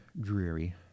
dreary